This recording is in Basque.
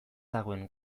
dagoen